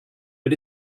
but